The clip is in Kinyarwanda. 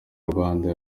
rwanda